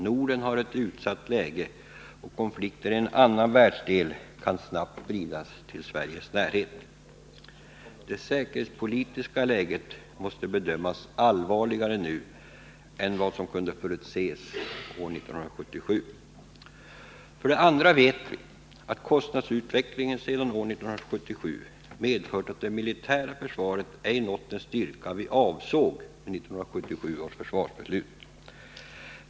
Norden har ett utsatt läge. och konflikter i en annan världsdel kan snabbt sprida sig till Sveriges närhet. Det säkerhetspolitiska läget måste bedömas vara allvarligare nu än vad som kunde förutses 1977. Dessutom vet vi att kostnadsutvecklingen sedan år 1977 har medfört att det militära försvaret ej nått den styrka som vi avsåg med 1977 års försvarsbeslut.